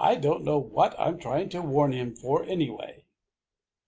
i don't know what i am trying to warn him for, anyway.